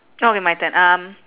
okay my turn um